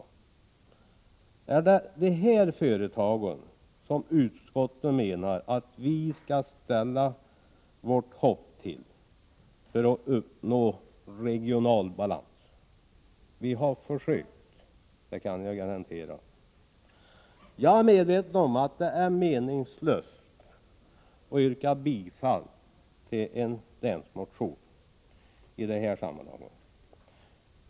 Är det dessa företag som utskottet menar att vi skall ställa vårt hopp till för att uppnå regional balans? Vi har försökt — det kan jag garantera. Jag är medveten om att det är meningslöst att i det här sammanhanget yrka bifall till en länsmotion.